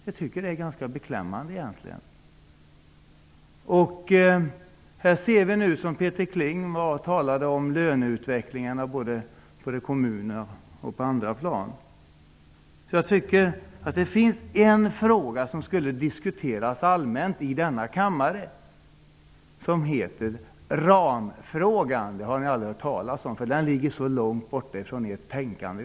Jag tycker att det är ganska beklämmande. Här ser vi nu löneutvecklingen både i kommunerna och på andra håll, som Peter Kling talade om. Det finns en fråga som borde diskuteras allmänt här i kammaren, nämligen ramfrågan -- den har ni aldrig hört talas om, för den ligger så långt bort från ert tänkande.